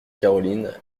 caroline